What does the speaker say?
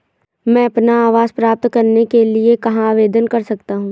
मैं अपना आवास प्राप्त करने के लिए कहाँ आवेदन कर सकता हूँ?